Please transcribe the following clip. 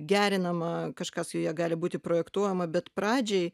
gerinama kažkas joje gali būti projektuojama bet pradžiai